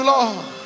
Lord